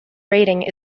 rating